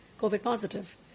COVID-positive